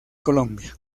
colombia